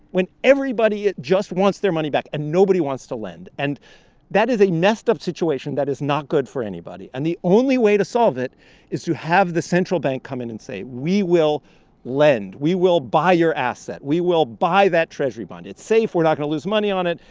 when everybody just wants their money back and nobody wants to lend. and that is a messed-up situation that is not good for anybody. and the only way to solve it is to have the central bank come in and say, we will lend. we will buy your asset. we will buy that treasury bond. it's safe we're not going to lose money on it.